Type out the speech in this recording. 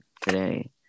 today